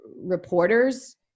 reporters